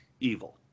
evil